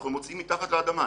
אנחנו מוצאים מתחת לאדמה.